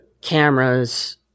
cameras